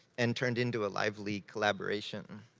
and turned into a lively collaboration.